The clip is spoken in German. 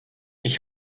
ich